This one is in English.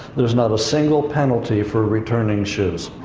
there's not a single penalty for returning shoes.